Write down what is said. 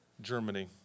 Germany